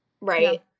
right